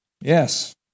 Yes